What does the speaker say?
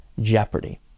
jeopardy